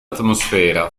atmosfera